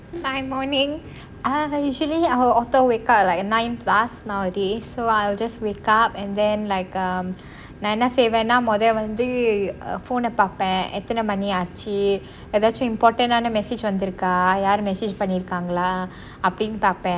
my morning ah then usually I will auto wake up at like nine plus nowadays so I'll just wake up and then like um நான் என்ன செய்வேனா மொத வந்து:naan enna seivaena mocha vanthu phone ந பார்ப்பேன் எத்தனை மணி ஆச்சுன்னு ஏதாச்சும்:na paarpaen ethhanai mani aachunu ethaachum important னான:naana message வந்திருக்க யாரும்:vanthirukka yaarum message பண்ணி இருக்காங்களா அப்படின்னு பார்ப்பேன்:panni irukkaangala appadinnu paarpaen